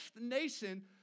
nation